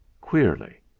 queerly